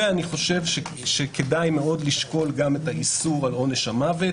אני חושב שכדאי לשקול את האיסור על עונש המוות.